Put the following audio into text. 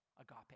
agape